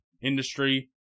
industry